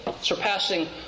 surpassing